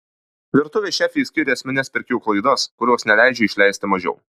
virtuvės šefė išskyrė esmines pirkėjų klaidas kurios neleidžia išleisti mažiau